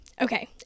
Okay